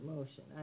Motion